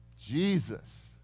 Jesus